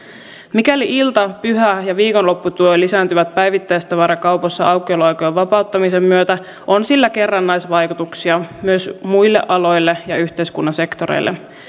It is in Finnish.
mikäli ilta pyhä ja viikonlopputyö lisääntyvät päivittäistavarakaupassa aukioloaikojen vapauttamisen myötä on sillä kerrannaisvaikutuksia myös muille aloille ja yhteiskunnan sektoreille